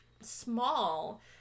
small